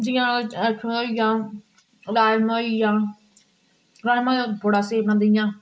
जियां उत्थूं दा होई गेआ राजमा होई गेआ राजमां बड़ा स्हेई बनांदे इयां